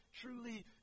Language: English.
truly